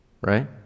Right